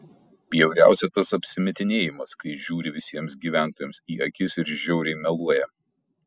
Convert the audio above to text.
bjauriausia tas apsimetinėjimas kai žiūri visiems gyventojams į akis ir žiauriai meluoja